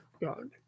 God